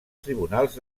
tribunals